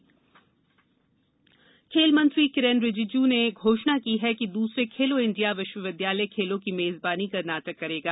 Karnataka Khelo India खेल मंत्री किरेन रिजिजू ने घोषणा की है कि दूसरे खेलो इंडिया विश्वविद्यालय खेलों की मेजबानी कर्नाटक करेगा